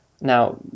Now